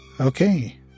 Okay